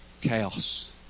Chaos